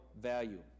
value